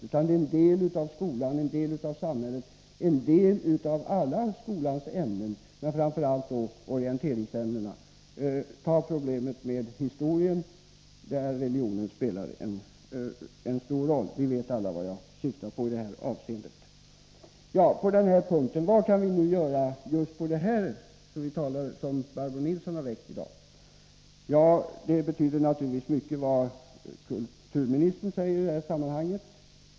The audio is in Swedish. Religionen är en del av skolan och en del av samhället — en del av alla skolans ämnen, men framför allt av orienteringsämnena. Ta problemet med historieämnet, där religionen spelar en stor roll. Vi vet alla vad jag syftar på i det avseendet. Vad kan vi nu göra just på det område som Barbro Nilsson i Örnsköldsvik har väckt debatt om i dag? Ja, det betyder naturligtvis mycket vad kulturministern säger i det här sammanhanget.